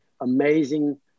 amazing